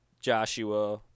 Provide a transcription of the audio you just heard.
Joshua